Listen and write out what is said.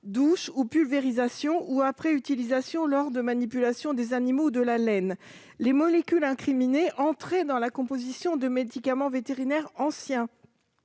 douche ou pulvérisation ou après utilisation lors de manipulations d'animaux ou de laine. Les molécules incriminées entraient dans la composition de médicaments vétérinaires anciens.